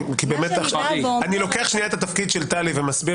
אני לוקח עכשיו את התפקיד של טלי ומסביר